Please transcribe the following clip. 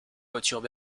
voitures